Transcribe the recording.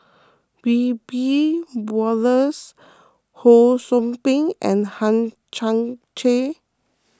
Wiebe Wolters Ho Sou Ping and Hang Chang Chieh